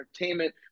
entertainment